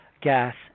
gas